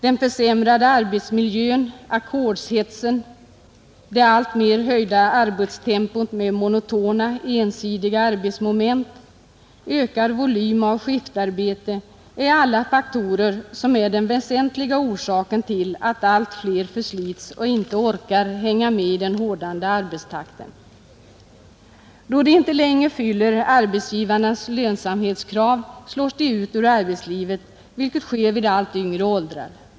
Den försämrade arbetsmiljön, ackordshetsen, det alltmer höjda arbets tempot med monotona, entydiga arbetsmoment och en ökad volym av skiftarbete är alla faktorer som bildar den väsentliga orsaken till att allt fler förslits och inte orkar hänga med i den hårdnande arbetstakten. Då de inte längre fyller arbetsgivarnas lönsamhetskrav slås de ut ur arbetslivet, vilket nu sker vid allt lägre åldrar.